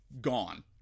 gone